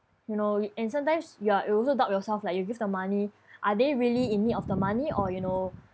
you know w~ and sometimes you're you also doubt yourself like you gave the money are they really in need of the money or you know